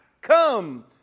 come